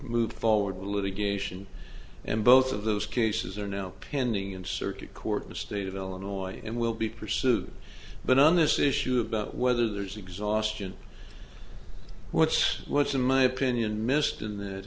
move forward with litigation and both of those cases are now pending in circuit court in the state of illinois and will be pursued but on this issue about whether there's exhaustion what's what's in my opinion missed in that